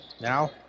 now